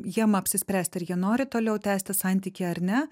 jiem apsispręst ar jie nori toliau tęsti santykį ar ne